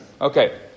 Okay